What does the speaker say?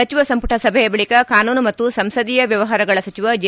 ಸಚಿವ ಸಂಪುಟ ಸಭೆಯ ಬಳಿಕ ಕಾನೂನು ಮತ್ತು ಸಂಸದೀಯ ವ್ಯವಹಾರಗಳ ಸಚಿವ ಜೆ